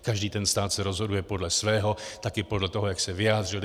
Každý stát se rozhoduje podle svého, také podle toho, jak se vyjádřil.